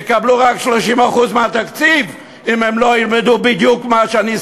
יקבלו רק 30% מהתקציב אם הם לא ילמדו בדיוק מה שאני,